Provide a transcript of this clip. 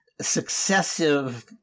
successive